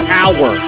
hour